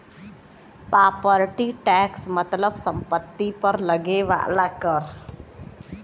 property tax मतलब सम्पति पर लगे वाला कर